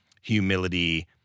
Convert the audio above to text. humility